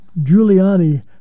Giuliani